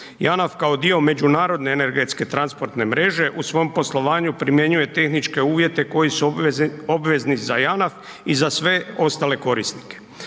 Janaf kao dio međunarodne energetske transportne mreže u svoj poslovanju primjenjuje tehničke uvjete koji su obvezni za Janaf i za sve ostale korisnike.